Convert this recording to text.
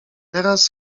teraz